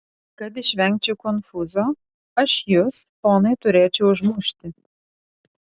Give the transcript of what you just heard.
kad išvengčiau konfūzo aš jus ponai turėčiau užmušti